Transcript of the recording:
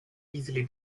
easily